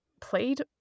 played